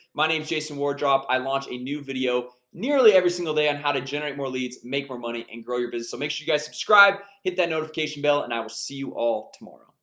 my name's jason wardrop i launched a new video nearly every single day on how to generate more leads make more money and grow your business so make sure you guys subscribe hit that notification bell, and i will see you all tomorrow